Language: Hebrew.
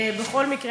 בכל מקרה,